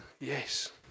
yes